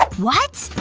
what!